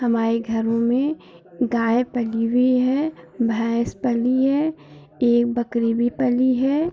हमारे घरों में गाय पली हुई है भैंस पली है एक बकरी भी पली है